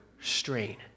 strain